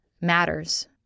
matters